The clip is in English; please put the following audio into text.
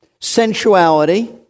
sensuality